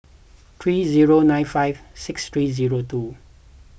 three zero nine five six three zero two